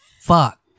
fuck